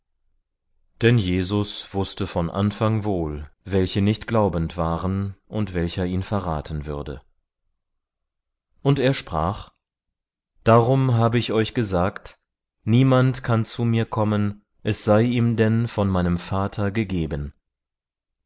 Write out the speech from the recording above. denn jesus wußte von anfang wohl welche nicht glaubend waren und welcher ihn verraten würde und er sprach darum habe ich euch gesagt niemand kann zu mir kommen es sei ihm denn von meinem vater gegeben